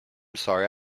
sorry